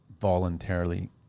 voluntarily